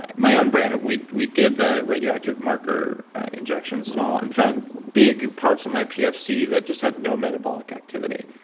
and my own brain, we we did the radioactive marker injections and all and found big parts of my pfc pfc that had no metabolic activity.